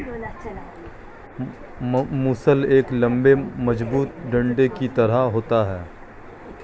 मूसल एक लम्बे मजबूत डंडे की तरह होता है